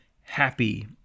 happy